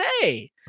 say